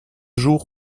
jour